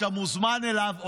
שאתה מוזמן אליו,